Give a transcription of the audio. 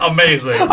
Amazing